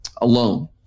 alone